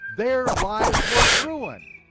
their lives were ruined.